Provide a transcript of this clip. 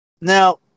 Now